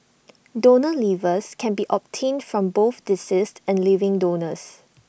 donor livers can be obtained from both deceased and living donors